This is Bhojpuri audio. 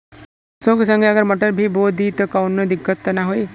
सरसो के संगे अगर मटर भी बो दी त कवनो दिक्कत त ना होय?